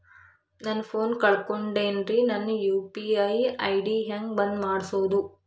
ನನ್ನ ಫೋನ್ ಕಳಕೊಂಡೆನ್ರೇ ನನ್ ಯು.ಪಿ.ಐ ಐ.ಡಿ ಹೆಂಗ್ ಬಂದ್ ಮಾಡ್ಸೋದು?